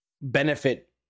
benefit